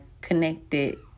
connected